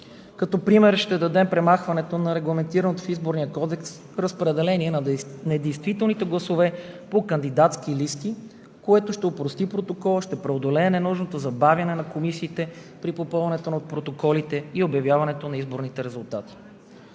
Като пример ще дадем премахването на регламентираното в Изборния кодекс разпределение на недействителните гласове по кандидатски листи, което ще опрости протокола, ще преодолее ненужното забавяне на комисиите при попълването на протоколите и обявяването на изборните резултати.